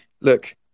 look